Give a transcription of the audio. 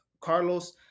Carlos